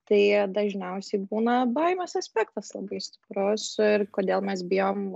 tai dažniausiai būna baimės aspektas labai stiprus ir kodėl mes bijom